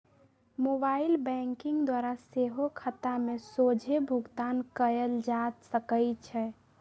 mobile banking द्वारा सेहो खता में सोझे भुगतान कयल जा सकइ छै